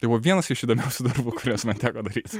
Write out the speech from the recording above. tai buvo vienas iš įdomiausių darbų kuriuos man teko daryt